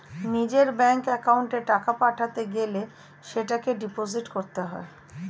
নিজের ব্যাঙ্ক অ্যাকাউন্টে টাকা পাঠাতে গেলে সেটাকে ডিপোজিট করতে হয়